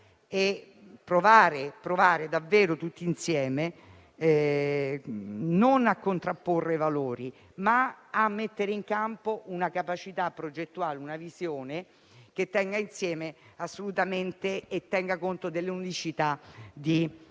provare davvero tutti insieme non a contrapporre valori, ma a mettere in campo una capacità progettuale e una visione che tengano conto dell'unicità di